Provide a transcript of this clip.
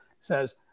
says